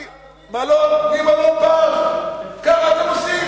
ממלון "פארק" כך אתם עושים.